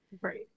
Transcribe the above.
right